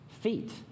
feet